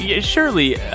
surely